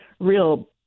real